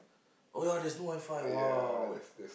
oh ya there's no WiFi !wow!